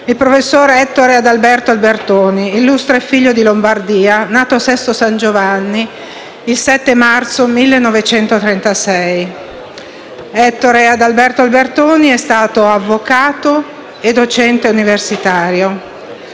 il professor Ettore Adalberto Albertoni, illustre figlio di Lombardia, nato a Sesto San Giovanni il 7 marzo 1936. Ettore Adalberto Albertoni è stato avvocato e docente universitario,